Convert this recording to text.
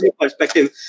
perspective